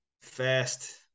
fast